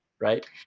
right